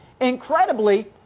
Incredibly